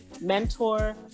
mentor